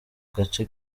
gace